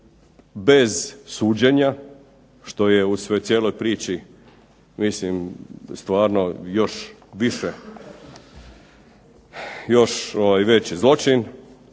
bez suđenja što je u svoj cijeloj priči mislim stvarno još više, još veći zločin.